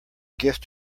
gift